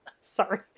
Sorry